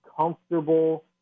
comfortable